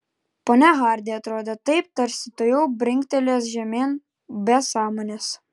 ponia hardi atrodė taip tarsi tuojau brinktelės žemėn be sąmonės